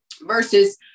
Versus